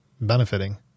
benefiting